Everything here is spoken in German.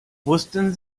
wussten